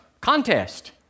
contest